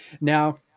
now